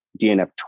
DNF